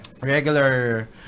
regular